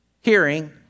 hearing